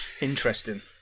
interesting